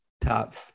top